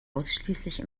ausschließlich